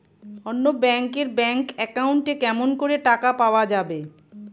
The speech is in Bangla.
অন্য ব্যাংক এর ব্যাংক একাউন্ট এ কেমন করে টাকা পাঠা যাবে?